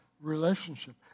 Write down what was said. relationship